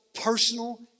personal